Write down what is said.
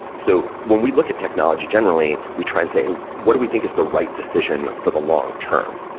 so, when we look at technology generally, we try and say, what do we think is the right decision for the long term?